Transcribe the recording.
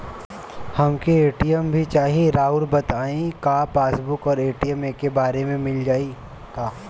हमके ए.टी.एम भी चाही राउर बताई का पासबुक और ए.टी.एम एके बार में मील जाई का?